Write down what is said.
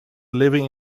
living